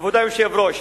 כבוד היושב-ראש,